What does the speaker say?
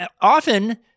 often